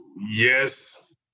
yes